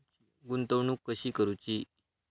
गुंतवणूक कशी करूची?